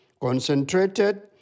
concentrated